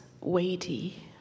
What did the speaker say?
weighty